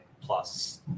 plus